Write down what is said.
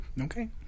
okay